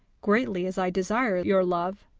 greatly as i desire your love,